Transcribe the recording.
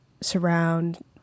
surround